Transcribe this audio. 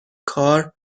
کار